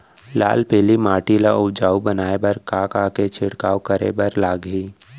लाल पीली माटी ला उपजाऊ बनाए बर का का के छिड़काव करे बर लागही?